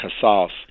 Casals